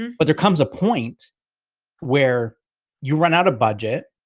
um but there comes a point where you run out of budget.